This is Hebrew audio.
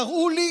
תראו לי